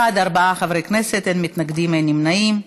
בעד, ארבעה חברי כנסת, אין מתנגדים, אין נמנעים.